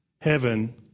Heaven